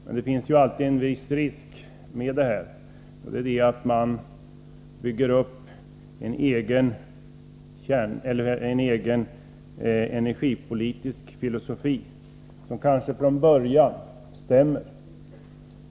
Men det finns ju alltid en viss risk med det här, och det är att man bygger upp en egen energipolitisk filosofi, som kanhända från början stämmer.